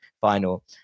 final